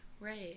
right